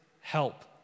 help